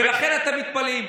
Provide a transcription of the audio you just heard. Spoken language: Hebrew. ולכן אתם מתפלאים.